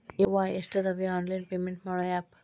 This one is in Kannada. ಯವ್ವಾ ಎಷ್ಟಾದವೇ ಆನ್ಲೈನ್ ಪೇಮೆಂಟ್ ಮಾಡೋ ಆಪ್